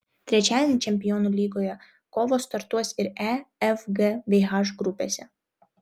trečiadienį čempionų lygoje kovos startuos ir e f g bei h grupėse